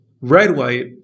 red-white